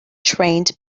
trained